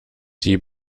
die